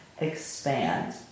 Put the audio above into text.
expand